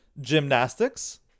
Gymnastics